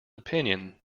opinion